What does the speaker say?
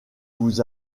vous